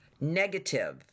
Negative